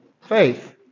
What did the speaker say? faith